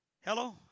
Hello